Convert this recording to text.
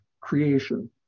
creation